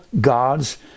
God's